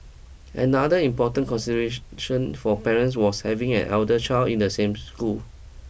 another important consideration for parents was having an elder child in the same school